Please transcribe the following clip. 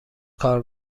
کار